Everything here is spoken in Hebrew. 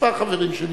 כמה חברים שלי,